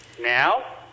Now